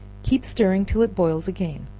keep stirring till it boils again,